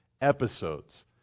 episodes